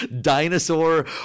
dinosaur